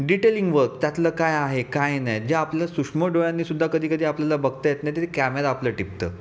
detailing work त्यातलं काय आहे काय नाही जे आपलं सूक्ष्म डोळ्यांनीसुद्धा कधी कधी आपल्याला बघता येत नाही तरी कॅमेरा आपलं टिपतं